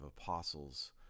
apostles